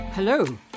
Hello